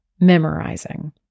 memorizing